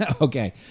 Okay